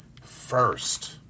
first